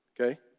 Okay